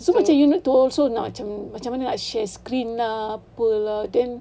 so macam you know to so nak macam macam mana nak share screen ah apa lah then